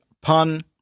pun